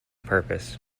purpose